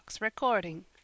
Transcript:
recording